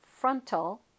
frontal